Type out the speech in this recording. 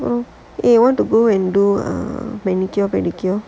eh you want to go and do err manicure pedicure